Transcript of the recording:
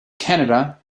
canada